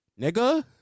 Nigga